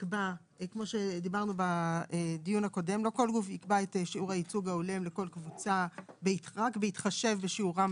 יקבע את שיעור הייצוג ההולם לכל קבוצה רק בהתחשב בשיעורם